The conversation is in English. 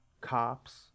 cops